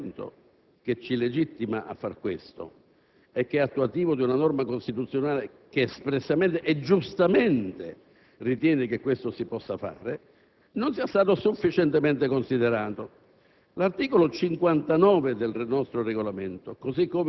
proposito, ho il timore che l'articolo 59 del Regolamento, che ci legittima a far questo e che è attuativo di una norma costituzionale, che espressamente, e giustamente, ritiene che questo si possa fare,